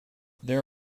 there